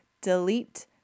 delete